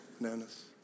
Bananas